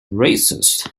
racist